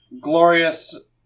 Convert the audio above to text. Glorious